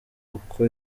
uko